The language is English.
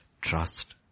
trust